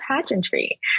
pageantry